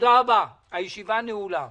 תודה רבה, הישיבה נעולה.